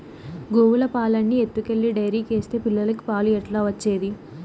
గోవుల పాలన్నీ ఎత్తుకెళ్లి డైరీకేస్తే పిల్లలకి పాలు ఎట్లా వచ్చేది